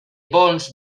bons